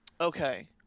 Okay